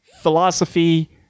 Philosophy